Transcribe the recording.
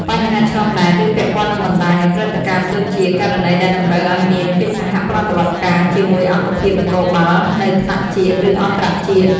បញ្ហាឆ្លងដែន ឬពាក់ព័ន្ធនឹងបណ្តាញឧក្រិដ្ឋកម្មដូចជា ករណីដែលតម្រូវឱ្យមានកិច្ចសហប្រតិបត្តិការជាមួយអង្គភាពនគរបាលនៅថ្នាក់ជាតិ ឬអន្តរជាតិ។